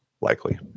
Likely